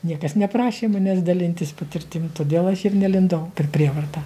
niekas neprašė manęs dalintis patirtim todėl aš ir nelindau per prievartą